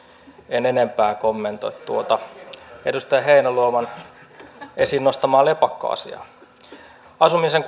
en enempää kommentoi tuota edustaja heinäluoman esiin nostamaa lepakkoasiaa asumisen